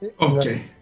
Okay